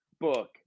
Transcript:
book